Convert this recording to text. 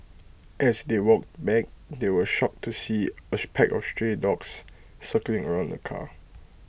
as they walked back they were shocked to see A pack of stray dogs circling around the car